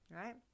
right